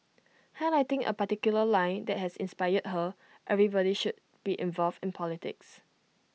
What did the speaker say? highlighting A particular line that inspired her everybody should be involved in politics